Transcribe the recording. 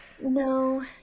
No